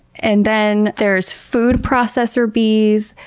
and then there's food processor bees,